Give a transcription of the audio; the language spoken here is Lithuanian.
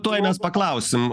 tuoj mes paklausim